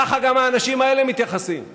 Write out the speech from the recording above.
ככה גם האנשים האלה מתייחסים.